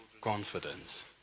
confidence